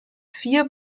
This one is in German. vier